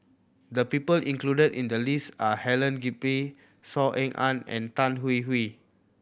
the people included in the list are Helen Gilbey Saw Ean Ang and Tan Hwee Hwee